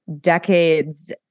decades